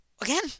Again